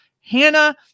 Hannah